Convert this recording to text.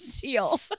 deal